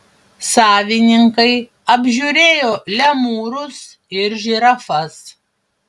savininkai apžiūrinėjo lemūrus ir žirafas